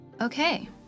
Okay